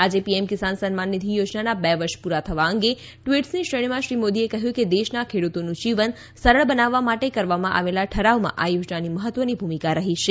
આજે પીએમ કિસાન સન્માન નિધિ યોજનાના બે વર્ષ પૂરા થવા અંગે ટ઼વીટ઼સની શ્રેણીમાં શ્રી મોદીએ કહ્યું કે દેશના ખેડતોનું જીવન સરળ બનાવવા માટે કરવામાં આવેલા ઠરાવમાં આ યોજનાની મહત્ત્વની ભૂમિકા રહી છે